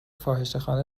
فاحشهخانه